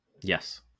Yes